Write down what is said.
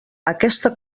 aquesta